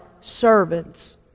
servants